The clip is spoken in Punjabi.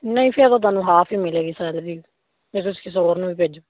ਨਹੀਂ ਫਿਰ ਉਹ ਤੁਹਾਨੂੰ ਹਾਫ ਹੀ ਮਿਲੇਗੀ ਸੈਲਰੀ ਜੇ ਤੁਸੀਂ ਕਿਸੇ ਹੋਰ ਨੂੰ ਵੀ ਭੇਜੋ